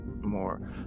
more